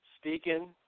speaking